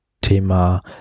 Thema